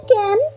again